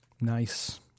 Nice